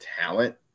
talent